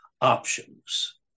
options